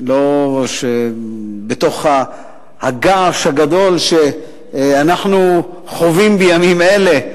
לא בתוך הגעש הגדול שאנחנו חווים בימים אלה.